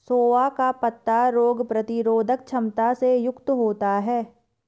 सोआ का पत्ता रोग प्रतिरोधक क्षमता से युक्त होता है